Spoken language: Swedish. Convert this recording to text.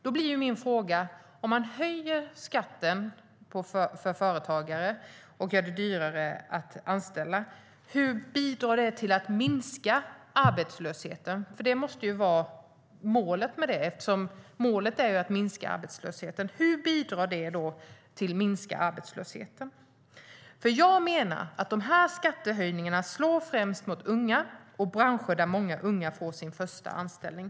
Då är min fråga: Om man höjer skatten för företagare och gör det dyrare att anställa, hur bidrar det till att minska arbetslösheten? Det måste ju vara syftet med det eftersom målet är att minska arbetslösheten. Hur bidrar det till att minska arbetslösheten? Jag menar att de här skattehöjningarna främst slår mot unga och mot branscher där många unga får sin första anställning.